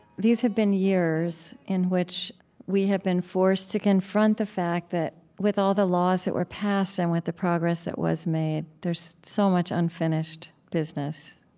these have been years in which we have been forced to confront the fact that, with all the laws that were passed and with the progress that was made, there's so much unfinished business,